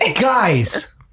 guys